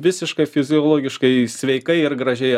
visiškai fiziologiškai sveikai ir gražiai